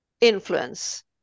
influence